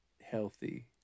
healthy